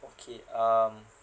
okay um